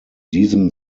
diesem